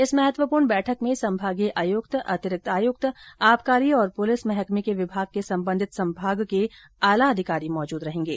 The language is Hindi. इस महत्वपूर्ण बैठक में संभागीय आयुक्त अतिरक्त आयुक्त आबकारी और पुलिस महकमे के विभाग के संबंधित संभाग के आला अधिकारी मौजूद रहेगें